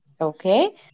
Okay